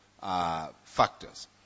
factors